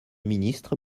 ministre